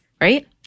right